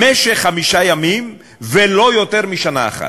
במשך חמישה ימים, ולא יותר משנה אחת.